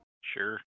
Sure